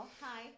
Hi